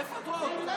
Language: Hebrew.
איפה את רואה אותו?